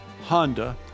Honda